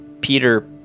Peter